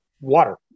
water